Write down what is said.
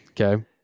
Okay